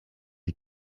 die